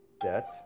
debt